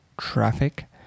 traffic